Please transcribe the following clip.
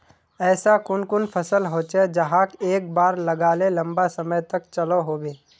ऐसा कुन कुन फसल होचे जहाक एक बार लगाले लंबा समय तक चलो होबे?